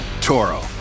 Toro